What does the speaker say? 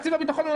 זה